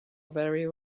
very